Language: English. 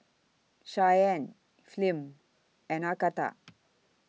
Shyann Flem and Agatha